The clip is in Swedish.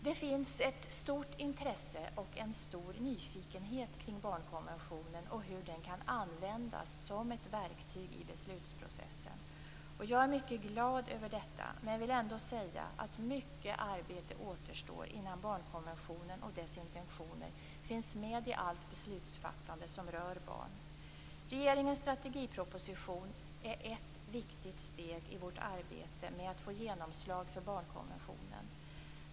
Det finns ett stort intresse och en stor nyfikenhet kring barnkonventionen och kring frågan om hur den kan användas som ett verktyg i beslutsprocessen. Jag är mycket glad över detta, men vill ändå säga att mycket arbete återstår innan barnkonventionen och dess intentioner finns med i allt beslutsfattande som rör barn. Regeringens strategiproposition är ett viktigt steg i vårt arbete med att få genomslag för barnkonventionen.